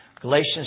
Galatians